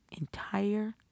entire